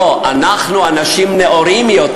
לא, אנחנו אנשים נאורים יותר,